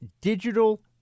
digital